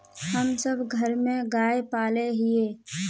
हम सब घर में गाय पाले हिये?